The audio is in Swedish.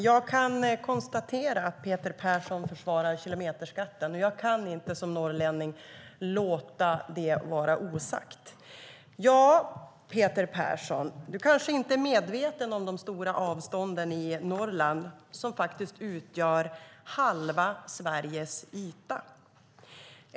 Fru talman! Peter Persson försvarar kilometerskatten. Som norrlänning kan jag inte låta det stå oemotsagt. Peter Persson är kanske inte medveten om de stora avstånden i Norrland, som faktiskt utgör halva Sveriges yta.